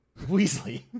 Weasley